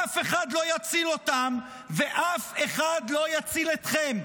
אף אחד לא יציל אותם ואף אחד לא יציל אתכם,